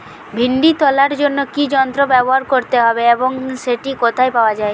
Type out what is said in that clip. ভিন্ডি তোলার জন্য কি যন্ত্র ব্যবহার করতে হবে এবং সেটি কোথায় পাওয়া যায়?